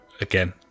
again